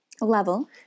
Level